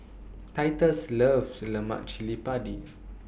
Titus loves Lemak Cili Padi